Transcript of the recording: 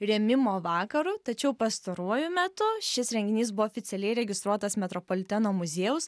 rėmimo vakaru tačiau pastaruoju metu šis renginys buvo oficialiai įregistruotas metropoliteno muziejaus